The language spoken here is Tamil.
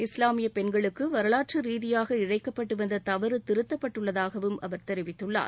இஸ்லாமியபெண்களுக்குவரலாற்றுரீதியாக இழைக்கப்பட்டுவந்ததவறுதிருத்தப்பட்டுள்ளதாகவும் அவர் தெரிவித்துள்ளார்